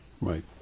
Right